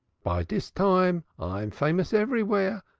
by dis time i am famous everywhere,